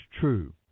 true